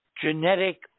genetic